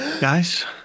Guys